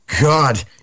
God